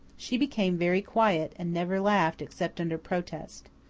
she became very quiet, and never laughed except under protest.